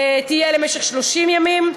ותהיה למשך 30 ימים,